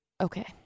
Okay